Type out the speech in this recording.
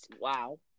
Wow